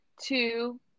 two